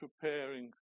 preparing